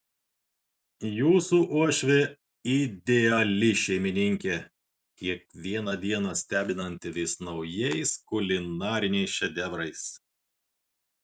jūsų uošvė ideali šeimininkė kiekvieną dieną stebinanti vis naujais kulinariniais šedevrais